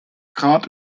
grad